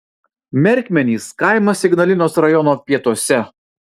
merkmenys kaimas ignalinos rajono pietuose